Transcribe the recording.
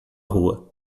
rua